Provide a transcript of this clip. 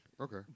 Okay